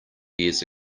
years